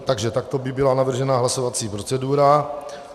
Takže takto by byla navržena hlasovací procedura.